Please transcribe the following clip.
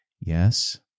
Yes